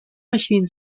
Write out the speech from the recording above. machine